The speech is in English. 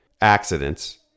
accidents